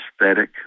aesthetic